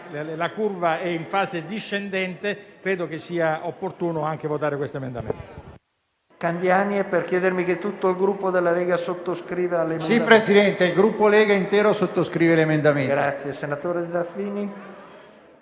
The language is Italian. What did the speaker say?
La curva è in fase discendente e credo che sia opportuno votare l'emendamento.